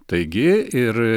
taigi ir